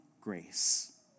grace